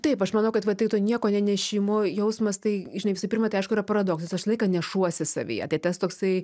taip aš manau kad va tai to nieko nenešimo jausmas tai žinai visų pirma tai aišku yra paradoksas aš visą laiką nešuosi savyje tai tas toksai